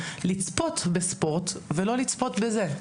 לצפות בספורט ולא לצפות בסלולר.